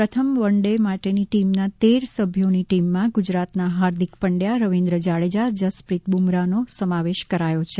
પ્રથમ one day માટેની ટીમનાં તેર સભ્યો ની ટીમમાં ગુજરાતના હાર્દિક પંડ્યા રવિન્દ્ર જાડેજા જસપ્રિત બુમરાહનો સમાવેશ કરાયો છે